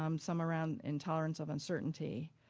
um some around intolerance of uncertainty.